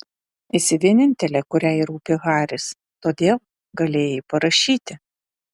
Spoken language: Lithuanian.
esi vienintelė kuriai rūpi haris todėl galėjai parašyti